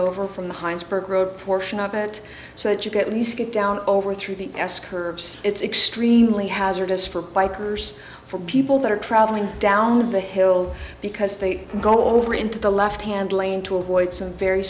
over from the heinsberg road portion of it so that you could at least get down over through the s curves it's extremely hazardous for bikers for people that are traveling down the hill because they go over into the left hand lane to avoid some very